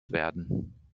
werden